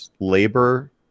labor